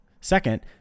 Second